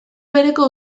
bereko